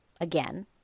again